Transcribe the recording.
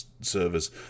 servers